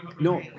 No